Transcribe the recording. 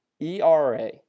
ERA